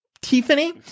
Tiffany